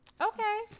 Okay